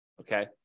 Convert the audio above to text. okay